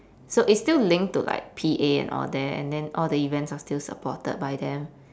so it's still linked to like P_A and all that and then all the events are still supported by them